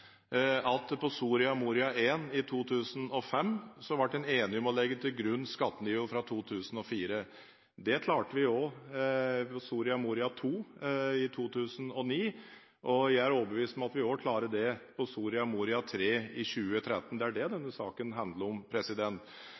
at i Soria Moria I i 2005, ble man enig om å legge til grunn skattenivået fra 2004. Det klarte vi også i Soria Moria II i 2009, og jeg er overbevist om at vi også klarer det i Soria Moria III i 2013. Det er det denne saken handler om.